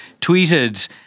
tweeted